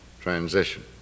transition